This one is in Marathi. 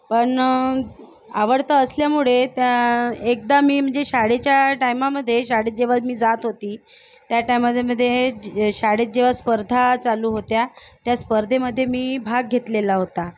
पण आवडता असल्यामुळे त्या एकदा मी म्हणजे शाळेच्या टाइमामध्ये शाळेत जेव्हा मी जात होती त्या टाइमामध्ये शाळेत जेव्हा स्पर्धा चालू होत्या त्या स्पर्धेमध्ये मी भाग घेतलेला होता